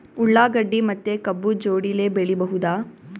ಉಳ್ಳಾಗಡ್ಡಿ ಮತ್ತೆ ಕಬ್ಬು ಜೋಡಿಲೆ ಬೆಳಿ ಬಹುದಾ?